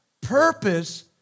Purpose